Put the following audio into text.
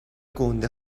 گنده